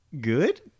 good